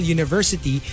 University